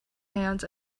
hands